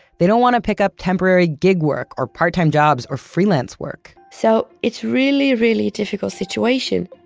they don't want to pick up temporary gig work or part-time jobs or freelance work. so, it's really, really difficult situation